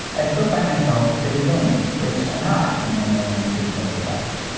i still find myself pretty lonely, which i'm not in my normal, pre covered life.